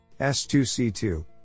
S2C2